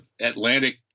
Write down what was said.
Atlantic